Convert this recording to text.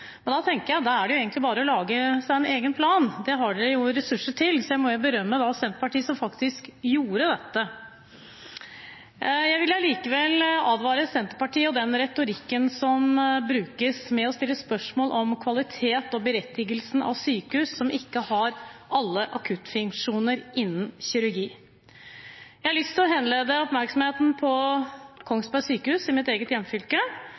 men jeg lar det ligge. Jeg konstaterer at Arbeiderpartiet har hatt store forventninger til planen, og at man er skuffet. Da tenker jeg at det egentlig bare er å lage seg en egen plan – det har man jo ressurser til. Så jeg må berømme Senterpartiet som faktisk gjorde det. Jeg vil allikevel advare Senterpartiet og den retorikken som brukes ved å stille spørsmål om kvalitet og berettigelsen av sykehus som ikke har alle akuttfunksjoner innen kirurgi. Jeg har lyst til å henlede